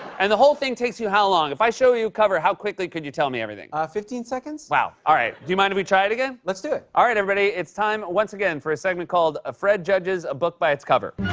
and the whole thing takes you how long? if i show you a cover, how quickly can you tell me everything? ah fifteen seconds. wow, all right. do you mind if we try it again? let's do it. all right, everybody, it's time once again for a segment called ah fred judges a book by its cover.